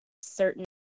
certain